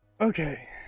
okay